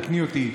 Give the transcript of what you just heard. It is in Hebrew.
תקני אותי.